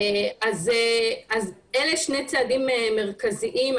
אלה שני צעדים מרכזיים.